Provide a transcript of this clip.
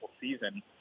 season